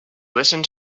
listened